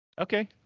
okay